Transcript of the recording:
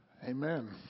Amen